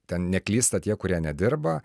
ten neklysta tie kurie nedirba